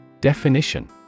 Definition